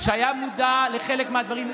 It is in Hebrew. שהיה מודע לחלק מהדברים,